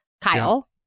Kyle